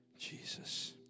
Jesus